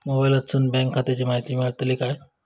मोबाईलातसून बँक खात्याची माहिती मेळतली काय?